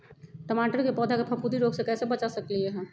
टमाटर के पौधा के फफूंदी रोग से कैसे बचा सकलियै ह?